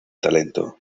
talento